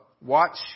watch